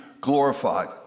Glorified